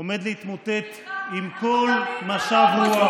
עומד להתמוטט עם כל משב רוח?